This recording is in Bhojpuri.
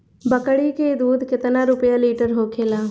बकड़ी के दूध केतना रुपया लीटर होखेला?